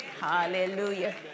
Hallelujah